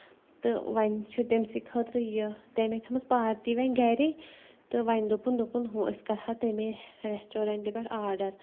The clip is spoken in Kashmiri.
تہٕ وۄنۍ چھِ تٔمۍ سٕے خٲطرٕ یہِ تَمہِ تھٲومٕژ پارٹی وۄنۍ گرے تہٕ وۄنۍ دوٚپُن دوٚپُن ہُہ أسۍ کرہاو تَمے ریسٹورنٹ پٮ۪ٹھ آرڈر